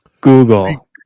google